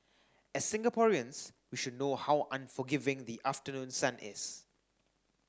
as Singaporeans we should know how unforgiving the afternoon sun is